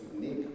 unique